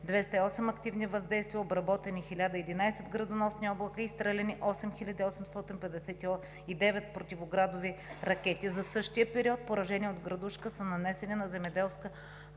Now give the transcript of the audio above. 208 активни въздействия, обработени са 1011 градоносни облака и са изстреляни 8859 противоградови ракети. За същия период поражения от градушка са нанесени на земеделски